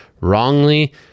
wrongly